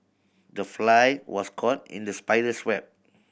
the fly was caught in the spider's web